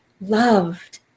loved